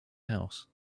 house